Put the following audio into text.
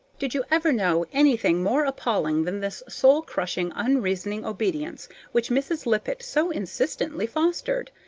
did you ever know anything more appalling than this soul-crushing unreasoning obedience which mrs. lippett so insistently fostered?